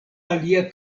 alia